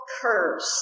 curse